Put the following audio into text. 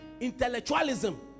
intellectualism